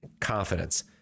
Confidence